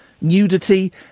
nudity